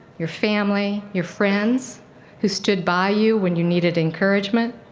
your family, your friends who stood by you when you needed encouragement.